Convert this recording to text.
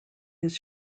his